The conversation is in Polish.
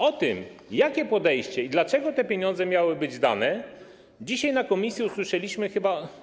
O tym, jakie jest podejście i dlaczego te pieniądze miały być dane, dzisiaj na posiedzeniu komisji usłyszeliśmy chyba.